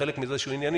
חלק מזה שהוא ענייני,